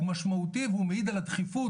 הוא משמעותי והוא מעיד על הדחיפות,